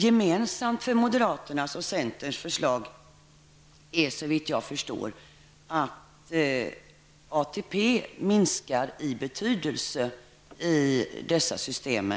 Gemensamt för moderaternas och centerns förslag är såvitt jag förstår att ATP minskar i betydelse i dessa system.